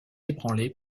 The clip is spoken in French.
ébranlé